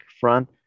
front